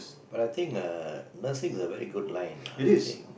but I think uh nursing is a very good line I think